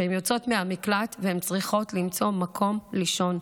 כשהן יוצאות מהמקלט והן צריכות למצוא מקום לישון,